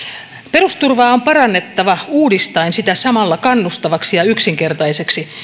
perusturvaa on parannettava uudistaen sitä samalla kannustavaksi ja yksinkertaiseksi